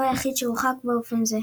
והוא היחיד שהורחק באופן זה.